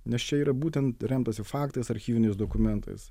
nes čia yra būtent remtasi faktais archyviniais dokumentais